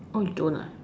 oh you don't ah